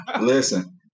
listen